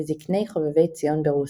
מזקני חובבי ציון ברוסיה.